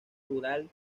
rural